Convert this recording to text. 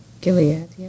Gilead